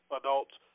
adults